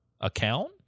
account